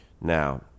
Now